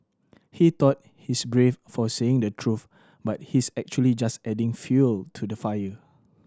he thought he's brave for saying the truth but he's actually just adding fuel to the fire